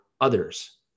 others